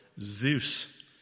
Zeus